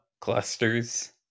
clusters